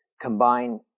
combine